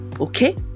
okay